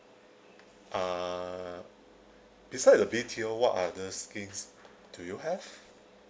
uh beside the B_T_O what other schemes do you have